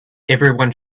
everyone